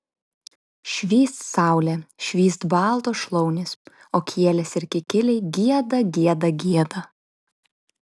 švyst saulė švyst baltos šlaunys o kielės ir kikiliai gieda gieda gieda